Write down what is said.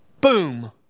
boom